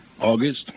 August